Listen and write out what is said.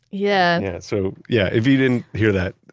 yeah and yeah so yeah, if you didn't hear that.